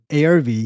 ARV